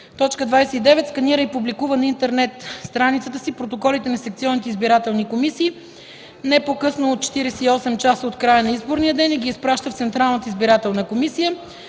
си; 29. сканира и публикува на интернет страницата си протоколите на секционните избирателни комисии не по-късно от 48 часа от края на изборния ден и ги изпраща в Централната избирателна комисия;